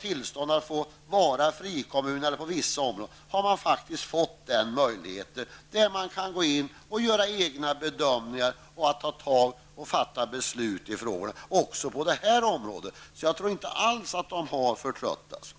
tillstånd att få vara frikommuner, ibland endast på vissa områden, har faktiskt fått den möjligheten. Då kan de göra egna bedömningar och fatta beslut även på det här området. Jag tror inte alls att de har förtröttats.